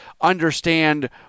understand